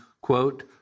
quote